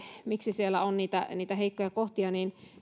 miksi siellä on niitä heikkoja kohtia